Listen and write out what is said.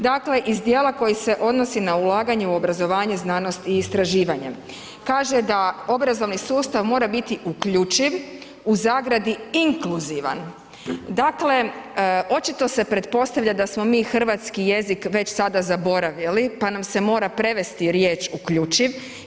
Dakle, iz dijela koji se odnosi na ulaganje u obrazovanje, znanost i istraživanje, kaže da obrazovni sustav mora biti uključiv, u zagradi inkluzivan, dakle očito se pretpostavlja da smo mi hrvatski jezik već sada zaboravili, pa nam se mora prevesti riječ uključiv.